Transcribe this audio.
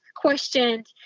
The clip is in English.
Questioned